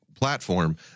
platform